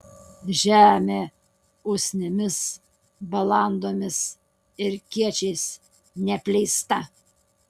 žemė usnimis balandomis ir kiečiais neapleista